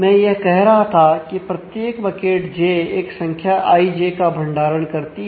मैं यह कह रहा था कि प्रत्येक बकेट j एक संख्या Ij का भंडारण करती है